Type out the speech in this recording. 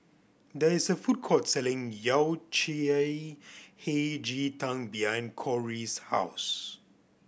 there is a food court selling Yao Cai Hei Ji Tang behind Kori's house